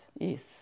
yes